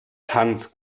tanz